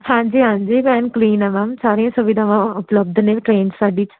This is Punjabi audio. ਹਾਂਜੀ ਹਾਂਜੀ ਮੈਮ ਕਲੀਨ ਹੈ ਮੈਮ ਸਾਰੀਆਂ ਸੁਵਿਧਾਵਾਂ ਉਪਲਬਧ ਨੇ ਟ੍ਰੇਨ 'ਚ ਸਾਡੀ 'ਚ